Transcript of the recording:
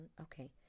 okay